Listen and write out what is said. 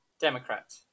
Democrat